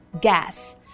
Gas